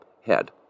head